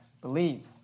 believe